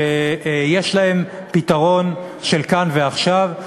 שיש להם פתרון של כאן ועכשיו.